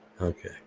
Okay